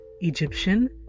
Egyptian